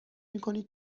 میکنی